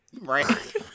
right